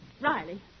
Riley